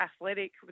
athletic